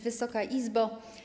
Wysoka Izbo!